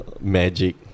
magic